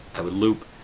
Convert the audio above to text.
i would loop,